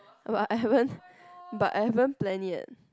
but i I haven't but I haven't plan yet